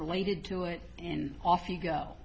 related to it and off you go